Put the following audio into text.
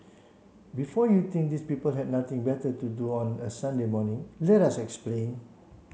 before you think these people had nothing better to do on a Sunday morning let us explain